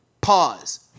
pause